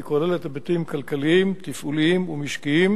והיא כוללת היבטים כלכליים, תפעוליים ומשקיים.